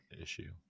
issue